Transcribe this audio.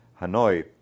Hanoi